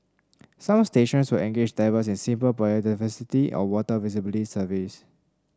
some stations will engage divers in simple biodiversity or water visibility surveys